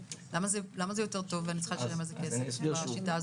למה זה יותר טוב ואני צריכה לשלם על זה כסף בשיטה הזו?